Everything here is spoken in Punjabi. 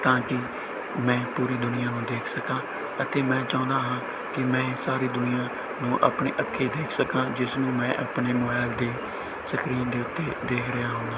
ਤਾਂ ਕਿ ਮੈਂ ਪੂਰੀ ਦੁਨੀਆਂ ਨੂੰ ਦੇਖ ਸਕਾਂ ਅਤੇ ਮੈਂ ਚਾਹੁੰਦਾ ਹਾਂ ਕਿ ਮੈਂ ਇਹ ਸਾਰੀ ਦੁਨੀਆਂ ਨੂੰ ਆਪਣੇ ਅੱਖੀਂ ਦੇਖ ਸਕਾਂ ਜਿਸ ਨੂੰ ਮੈਂ ਆਪਣੇ ਮੋਬਾਇਲ ਦੀ ਸਕਰੀਨ ਦੇ ਉੱਤੇ ਦੇਖ ਰਿਹਾ ਹੁੰਦਾ ਹਾਂ